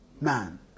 man